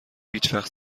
هیچوقت